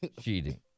Cheating